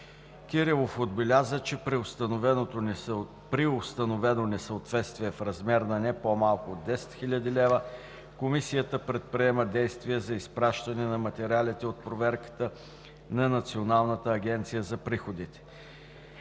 Кирилов отбеляза, че при установено несъответствие в размер на не по-малко от 10 000 лв. Комисията предприема действия за изпращане на материалите от проверката на Националната агенция за приходите.